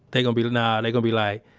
they gonna be, nah, they gonna be like,